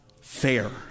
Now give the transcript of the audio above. fair